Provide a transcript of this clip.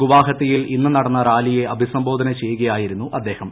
ഗുവാഹത്തിയിൽ ഇന്ന് നടന്ന റാലിയെ അഭിസംബോധന ചെയ്യുകയായിരുന്നു അദ്ദേഹം